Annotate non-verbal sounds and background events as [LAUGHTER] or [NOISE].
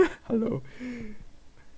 [LAUGHS] hello